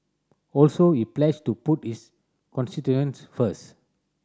also he pledged to put his constituents first